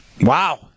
Wow